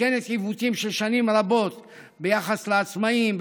ומתקנת עיוותים של שנים רבות ביחס לעצמאים,